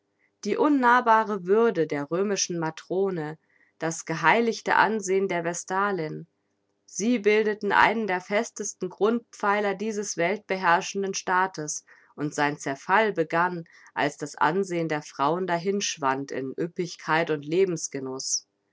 die unnahbare würde der römischen matrone das geheiligte ansehen der vestalin sie bildeten einen der festesten grundpfeiler dieses weltbeherrschenden staates und sein zerfall begann als das ansehen der frauen dahinschwand in ueppigkeit und